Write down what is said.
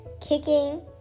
kicking